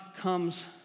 comes